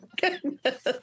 goodness